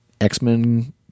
X-Men